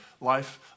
life